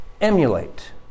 emulate